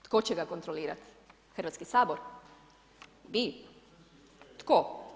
Tko će ga kontrolirati Hrvatski sabor, vi, tko?